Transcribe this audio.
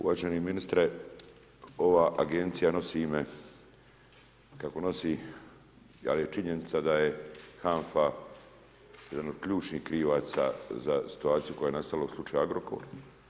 Uvaženi ministre, ova Agencija nosi ime kako nosi, ali je činjenica da je HANFA jedan ključnih krivaca za situaciju koja je nastala u slučaju Agrokor.